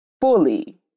fully